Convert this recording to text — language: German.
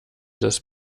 des